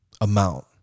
amount